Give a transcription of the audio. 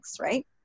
right